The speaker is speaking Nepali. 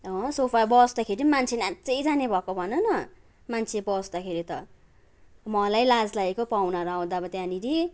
अँ सोफा बस्ताखेरि पनि मान्छे न्याच्चै जाने भएको भन न मान्छे बस्दाखेरि त मलाई लाज लागेको पाहुनाहरू आउँदा अब त्यहाँनिर